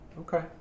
Okay